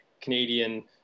Canadian